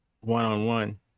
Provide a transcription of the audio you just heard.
one-on-one